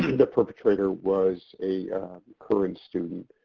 the perpetrator was a current student.